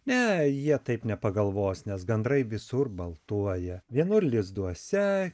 ne jie taip nepagalvos nes gandrai visur baltuoja vienur lizduose